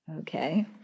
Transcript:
Okay